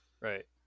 Right